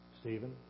Stephen